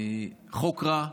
חוק רע,